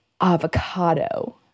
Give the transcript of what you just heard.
Avocado